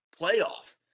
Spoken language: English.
playoff